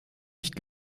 nicht